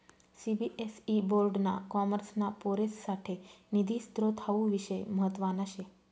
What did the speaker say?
CBSE board ना कॉमर्सना पोरेससाठे निधी स्त्रोत हावू विषय म्हतवाना शे